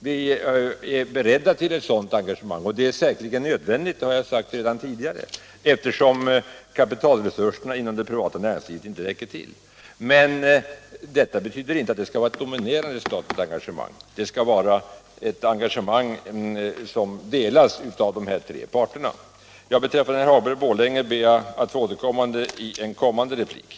Vi är beredda till ett sådant engagemang, och det är säkerligen nödvändigt — det har jag sagt redan tidigare — eftersom kapitalresurserna inom det privata näringslivet inte räcker till. Men detta betyder inte att det skall vara ett dominerande statligt engagemang. Det skall vara ett engagemang, där ansvaret delas av de tre parterna. Beträffande herr Hagberg i Borlänge ber jag att få återkomma i en senare replik.